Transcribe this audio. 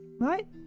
Right